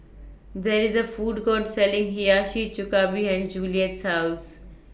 There IS A Food Court Selling Hiyashi Chuka behind Juliette's House